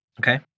Okay